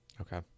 Okay